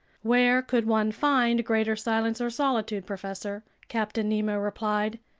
where could one find greater silence or solitude, professor? captain nemo replied.